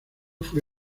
fue